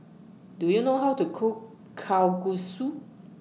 Do YOU know How to Cook Kalguksu